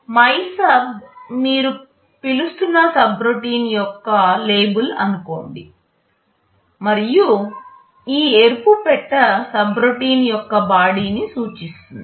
MYSUB మీరు పిలుస్తున్న subroutine యొక్క లేబుల్ అనుకోండి మరియు ఈ ఎరుపు పెట్టె సబ్రోటిన్ యొక్క బాడీ నీ సూచిస్తుంది